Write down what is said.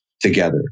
together